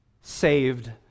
saved